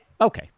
Okay